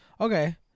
Okay